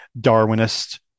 Darwinist